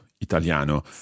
Italiano